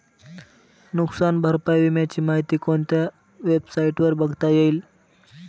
नुकसान भरपाई विम्याची माहिती कोणत्या वेबसाईटवर बघता येईल?